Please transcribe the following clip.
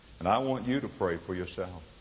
and i want you to pray for yourself.